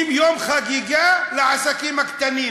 לעסקים הקטנים.